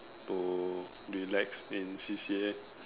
to relax in C_C_A